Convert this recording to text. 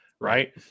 Right